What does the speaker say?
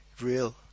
real